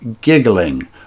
giggling